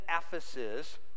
ephesus